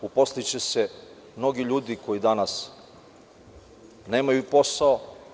Uposliće se mnogi ljudi koji danas nemaju posao.